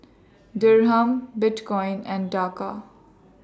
Dirham Bitcoin and Taka